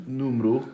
número